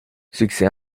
succès